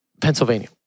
Pennsylvania